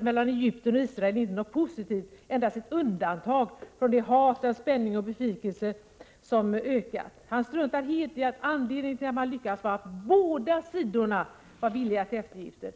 mellan Egypten och Israel inte något positivt, endast ett undantag från det hat, den spänning och besvikelse som ökat. Han struntar helt i att anledningen till att man lyckades var att båda sidorna var villiga till eftergifter.